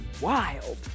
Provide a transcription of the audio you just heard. wild